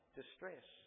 distress